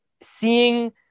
seeing